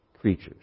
creatures